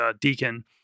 Deacon